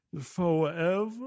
forever